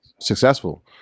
successful